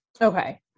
Okay